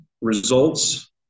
results